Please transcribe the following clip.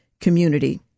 community